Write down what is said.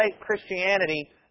Christianity